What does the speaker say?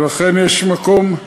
ולכן יש מקום,